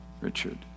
Richard